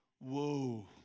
whoa